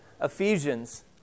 Ephesians